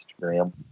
Instagram